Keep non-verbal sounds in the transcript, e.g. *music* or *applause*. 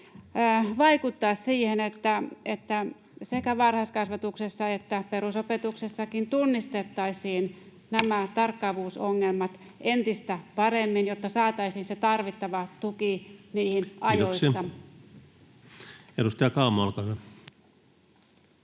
vaikuttaa siihen, että sekä varhaiskasvatuksessa että perusopetuksessakin tunnistettaisiin *noise* nämä tarkkaavuusongelmat entistä paremmin, jotta saataisiin se tarvittava tuki niihin ajoissa? [Speech 14] Speaker: